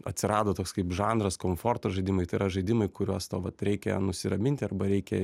atsirado toks kaip žanras komforto žaidimai tai yra žaidimai kuriuos tau vat reikia nusiraminti arba reikia